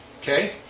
okay